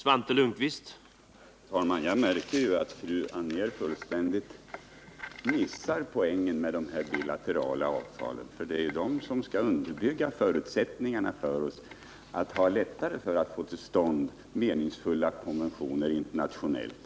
Herr talman! Jag märker att fru Anér fullständigt missar poängen med de bilaterala avtalen. Detta skall ju göra det lättare för oss att få till stånd meningsfulla konventioner på det internationella planet.